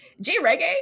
J-reggae